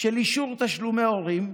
של אישור תשלומי הורים,